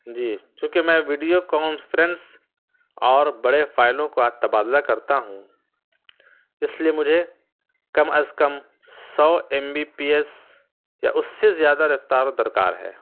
جی چونکہ میں video conference اور بڑے فائلوں کا تبادلہ کرتا ہوں اس لیے مجھے کم از کم سو ایم بی پی ایس یا اس سے زیادہ رفتار درکار ہے